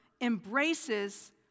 embraces